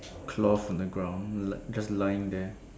cloth on the ground like just lying there